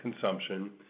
consumption